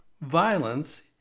violence